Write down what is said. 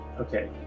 Okay